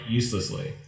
uselessly